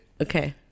Okay